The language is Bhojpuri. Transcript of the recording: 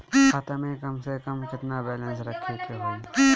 खाता में कम से कम केतना बैलेंस रखे के होईं?